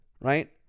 right